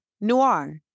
noir